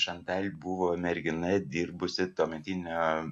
šantal tai buvo mergina dirbusi tuometinio